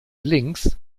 links